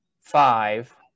five